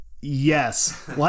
Yes